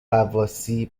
غواصی